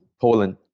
Poland